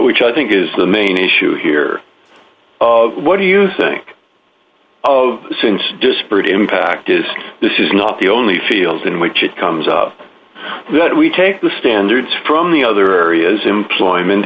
which i think is the main issue here what do you think since disparate impact is this is not the only field in which it comes up that we take the standards from the other or has employment